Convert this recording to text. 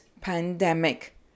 pandemic